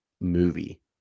movie